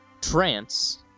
Trance